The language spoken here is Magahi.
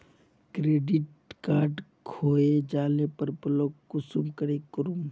क्रेडिट कार्ड खोये जाले पर ब्लॉक कुंसम करे करूम?